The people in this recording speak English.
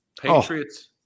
Patriots